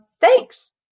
thanks